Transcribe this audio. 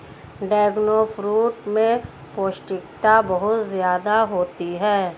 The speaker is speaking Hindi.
ड्रैगनफ्रूट में पौष्टिकता बहुत ज्यादा होती है